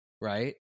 right